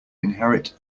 inherit